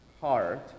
heart